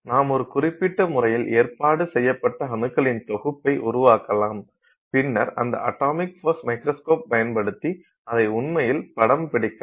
நாம் ஒரு குறிப்பிட்ட முறையில் ஏற்பாடு செய்யப்பட்ட அணுக்களின் தொகுப்பை உருவாக்கலாம் பின்னர் இந்த அட்டாமிக் ஃபோர்ஸ் மைக்ரோஸ்கோப் பயன்படுத்தி அதை உண்மையில் படம்பிடிக்கலாம்